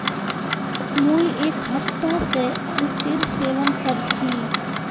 मुई एक हफ्ता स अलसीर सेवन कर छि